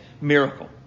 miracle